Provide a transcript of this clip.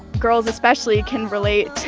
girls especially can relate to,